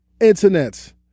Internet